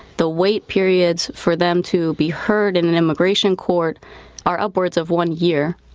the wait periods for them to be heard in an immigration court are upwards of one year.